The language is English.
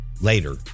later